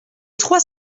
trois